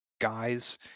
guys